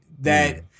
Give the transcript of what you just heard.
that-